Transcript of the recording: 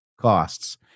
costs